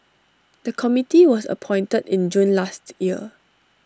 the committee was appointed in June last year